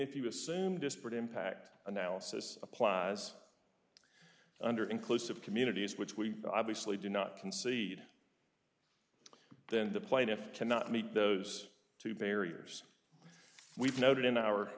if you assume disparate impact analysis applies under inclusive communities which we obviously do not concede then the plaintiff cannot meet those two various we've noted in our